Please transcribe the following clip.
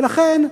ולכן,